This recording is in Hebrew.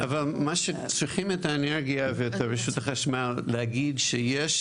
צריך שמשרד האנרגיה ורשות החשמל יגידו שיש